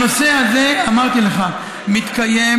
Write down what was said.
בנושא הזה, אמרתי לך, מתקיים